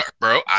Bro